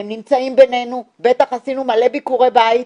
הם נמצאים בינינו, עשינו הרבה ביקורי בית,